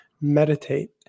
meditate